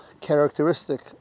characteristic